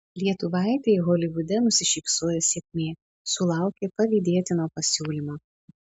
lietuvaitei holivude nusišypsojo sėkmė sulaukė pavydėtino pasiūlymo